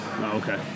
okay